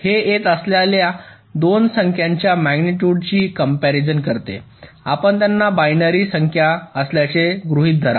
हे येत असलेल्या 2 संख्यांच्या मॅग्निट्युडची कंप्यारीझन करते आपण त्यांना बायनरी संख्या असल्याचे गृहीत धरा